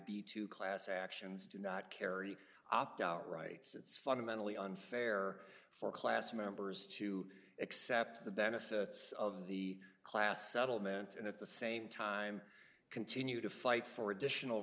the two class actions do not carry opt out rights it's fundamentally unfair for class members to accept the benefits of the class settlement and at the same time continue to fight for additional